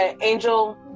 Angel